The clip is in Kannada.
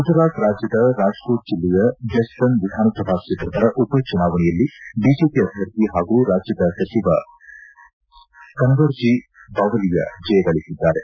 ಗುಜರಾತ್ ರಾಜ್ಯದ ರಾಜ್ಕೋತ್ ಜಿಲ್ಲೆಯ ಜಸ್ದನ್ ವಿಧಾನಸಭಾ ಕ್ಷೇತ್ರದ ಉಪಚುನಾವಣೆಯಲ್ಲಿ ಬಿಜೆಪಿ ಅಭ್ಜರ್ಥಿ ಹಾಗೂ ರಾಜ್ಯದ ಸಚಿವ ಕುನ್ನರ್ಜಿ ಬಾವಲಿಯ ಜಯಗಳಿಸಿದ್ದಾರೆ